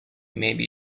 maybe